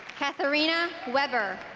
katharina weber